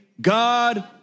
God